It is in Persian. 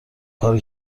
کارو